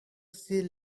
sea